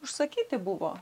užsakyti buvo